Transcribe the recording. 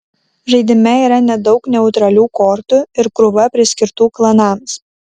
žaidime yra nedaug neutralių kortų ir krūva priskirtų klanams